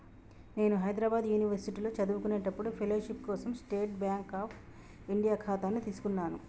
నేను హైద్రాబాద్ యునివర్సిటీలో చదువుకునేప్పుడు ఫెలోషిప్ కోసం స్టేట్ బాంక్ అఫ్ ఇండియా ఖాతాను తీసుకున్నాను